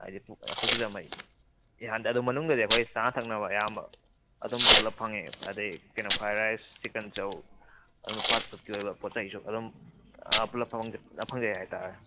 ꯍꯥꯏꯗꯤ ꯄꯨꯁꯤꯜꯂꯛꯄ ꯃꯈꯩ ꯌꯥꯍꯟꯗꯦ ꯑꯗꯨ ꯃꯅꯨꯡꯗꯗꯤ ꯑꯩꯈꯣꯏ ꯆꯥꯅ ꯊꯛꯅꯕ ꯑꯌꯥꯝꯕ ꯑꯗꯨꯝ ꯄꯨꯂꯞ ꯐꯪꯉꯦ ꯑꯩꯗꯩ ꯀꯩꯅꯣ ꯐ꯭ꯔꯥꯏ ꯔꯥꯏꯁ ꯆꯤꯀꯟ ꯆꯧ ꯑꯗꯨꯒꯨꯝꯕ ꯐꯥꯔꯁ ꯐꯨꯗꯀꯤ ꯑꯣꯏꯕ ꯄꯣꯠ ꯆꯩꯁꯨ ꯑꯗꯨꯝ ꯑꯥ ꯄꯨꯂꯞ ꯐꯪꯖꯩ ꯍꯥꯏꯇꯔꯦ